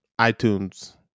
iTunes